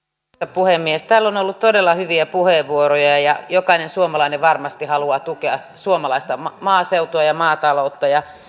puhemies täällä on ollut todella hyviä puheenvuoroja jokainen suomalainen varmasti haluaa tukea suomalaista maaseutua ja maataloutta ja